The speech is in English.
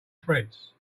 threads